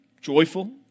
joyful